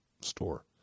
store